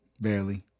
Barely